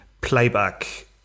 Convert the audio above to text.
playback